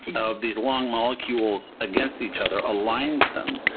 of these long molecules against each other aligns them,